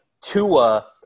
Tua